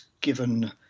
given